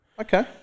Okay